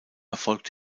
erfolgt